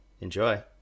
enjoy